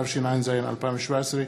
התשע"ז 2017,